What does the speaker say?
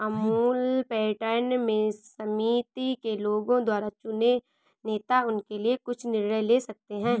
Amul pattern में समिति के लोगों द्वारा चुने नेता उनके लिए कुछ निर्णय ले सकते हैं